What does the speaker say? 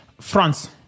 France